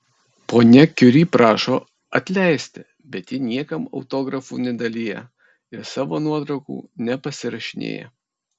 ponia kiuri prašo atleisti bet ji niekam autografų nedalija ir savo nuotraukų nepasirašinėja